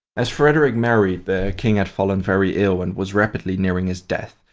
as frederick married, the king had fallen very ill and was rapidly nearing his death.